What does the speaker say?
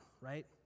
right